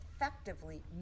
effectively